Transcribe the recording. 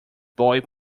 boy